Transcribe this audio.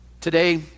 Today